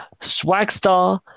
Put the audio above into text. Swagstar